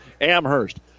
Amherst